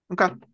Okay